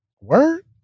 Word